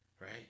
right